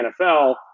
NFL